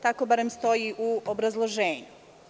Tako barem stoji u obrazloženju.